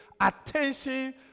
attention